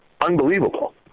unbelievable